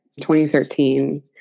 2013